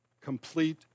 Complete